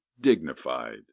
dignified